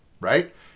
Right